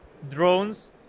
drones